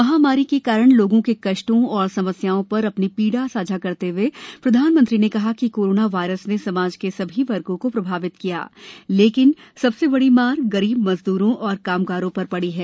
महामारी के कारण लोगों के कष्टों और समस्याओं पर अपनी पीड़ा साझा करते हुए प्रधानमंत्री ने कहा कि कोरोना वायरस ने समाज के सभी वर्गों को प्रभावित किया लेकिन सबसे बड़ी मार गरीब मजदूरों और कामगारों पर पड़ी है